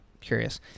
curious